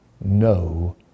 no